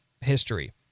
history